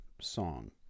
song